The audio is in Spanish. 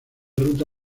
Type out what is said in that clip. ruta